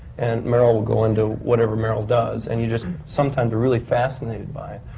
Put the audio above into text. and meryl will go into whatever meryl does. and you just. sometimes are really fascinated by